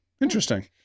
Interesting